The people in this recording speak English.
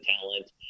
talent